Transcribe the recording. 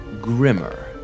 grimmer